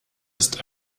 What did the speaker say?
ist